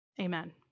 Amen